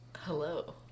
Hello